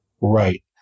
Right